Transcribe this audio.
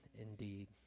indeed